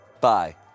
Bye